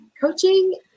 coaching